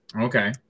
Okay